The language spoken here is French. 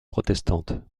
protestante